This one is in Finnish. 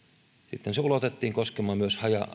sitten se ulotettiin koskemaan myös haja